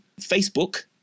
Facebook